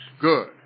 Good